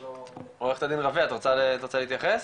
עו"ד רווה, את רוצה להתייחס?